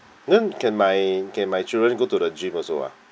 then can my can my children go to the gym also ah